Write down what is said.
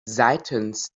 seitens